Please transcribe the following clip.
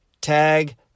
tag